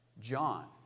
John